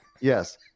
Yes